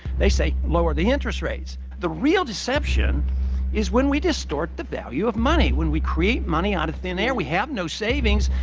they say lower the interest rates. the real deception is when we distort the value of money. when we create money out of thin air, we have no savings.